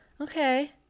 okay